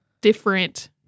different